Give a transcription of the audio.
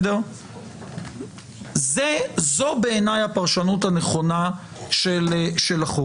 זו בעיניי הפרשנות הנכונה של החוק.